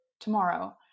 tomorrow